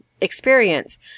experience